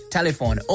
Telephone